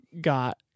got